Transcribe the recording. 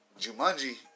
Jumanji